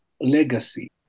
legacy